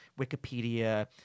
Wikipedia